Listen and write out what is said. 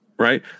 right